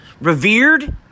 revered